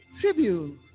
tribute